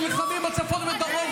אני לא מתביישת, אתה צריך להתבייש.